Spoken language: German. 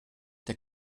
der